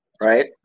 right